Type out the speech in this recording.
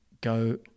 go